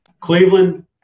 Cleveland